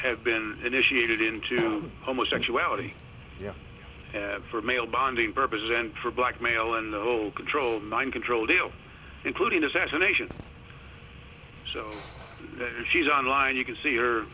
have been initiated into homosexuality yeah for male bonding purposes and for blackmail and the whole control nine control deal including assassination so she's on line you can see her